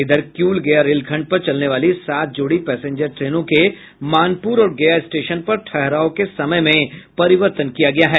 इधर किऊल गया रेलखंड पर चलने वाली सात जोड़ी पैंसेजर ट्रेनों के मानपुर और गया स्टेशन पर ठहराव के समय में परिवर्तन किया गया है